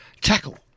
tackle